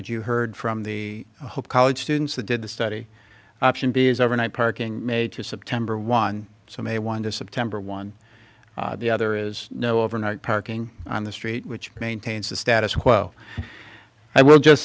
what you heard from the hope college students that did the study option b is overnight parking may to september one so may want to september one the other is no overnight parking on the street which maintains the status quo i will just